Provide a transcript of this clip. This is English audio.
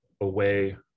away